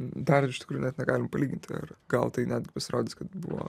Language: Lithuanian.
dar ir iš tikrųjų net negalim palyginti ir gal tai net pasirodys kad buvo